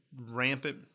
rampant